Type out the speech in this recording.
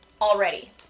already